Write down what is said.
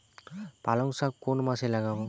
পালংশাক কোন মাসে লাগাব?